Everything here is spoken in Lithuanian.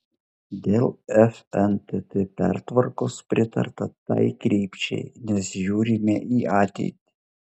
dėl fntt pertvarkos pritarta tai krypčiai nes žiūrime į ateitį